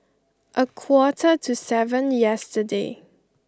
a quarter to seven yesterday